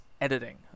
Editing